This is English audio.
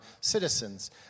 citizens